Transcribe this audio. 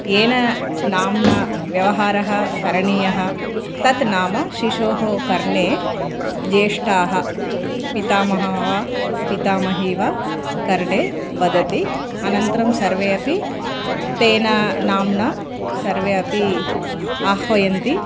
येन नाम्ना व्यवहारः करणीयः तत् नाम शिशोः कर्णे ज्येष्ठाः पितामहः वा पितामही वा कर्णे वदति अनन्तरं सर्वे अपि तेन नाम्ना सर्वे अपि आह्वयन्ति